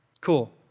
Cool